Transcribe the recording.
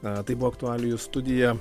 na tai buvo aktualijų studija